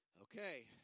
Okay